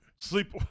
Sleep